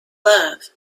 love